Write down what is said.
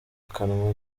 kanwa